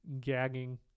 gagging